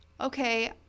okay